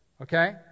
okay